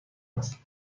است